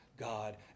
God